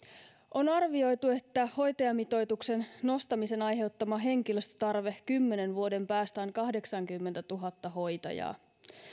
on arvioitu että hoitajamitoituksen nostamisen aiheuttama henkilöstötarve kymmenen vuoden päästä on kahdeksankymmentätuhatta hoitajaa